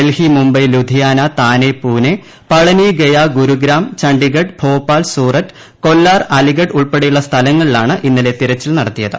ഡൽഹി മുംബൈ ലുധിയാന താനെ പൂനെ പളനി ഗയ ഗുരുഗ്രാം ചണ്ഡിഗഡ് ഭോപ്പാൽ സൂറത്ത് കൊല്ലാർ അലിഗഡ് ഉൾപ്പെടെയുള്ള സ്ഥലങ്ങളിലാണ് ഇന്നലെ തിരച്ചിൽ നടത്തിയത്